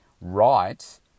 right